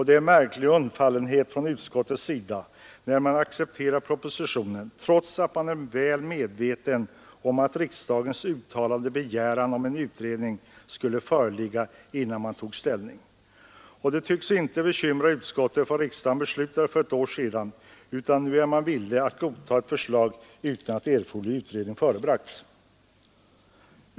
Det är en märklig undfallenhet från utskottets sida när det accepterar propositionen trots att man inom utskottet är väl medveten om att riksdagens uttalade begäran om en utredning skulle föreligga innan man tog ställning. Vad riksdagen beslutade om för ett år sedan tycks inte bekymra utskottet utan nu är man villig att godta ett förslag utan att erforderlig utredning förebragts.